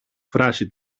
φράση